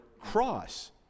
cross